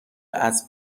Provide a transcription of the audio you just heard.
اسب